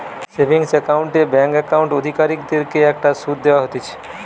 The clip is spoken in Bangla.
সেভিংস একাউন্ট এ ব্যাঙ্ক একাউন্ট অধিকারীদের কে একটা শুধ দেওয়া হতিছে